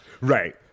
Right